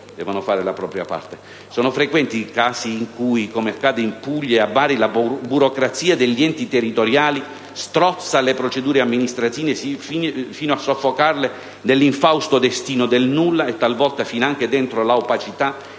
Sono frequenti i casi in cui, come accade in Puglia e a Bari, la burocrazia degli enti territoriali strozza le procedure amministrative sino a soffocarle nell'infausto destino del nulla e talvolta finanche dentro la opacità di un colpevole